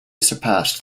surpassed